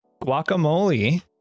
guacamole